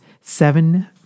seven